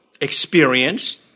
experience